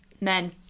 Men